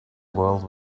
world